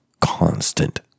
constant